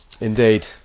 Indeed